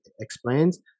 explains